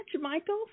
Michael